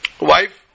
Wife